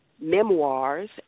memoirs